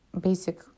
basic